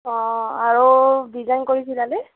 অঁ আৰু ডিজাইন কৰি চিলালে